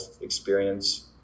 experience